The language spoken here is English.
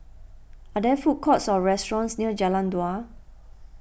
are there food courts or restaurants near Jalan Dua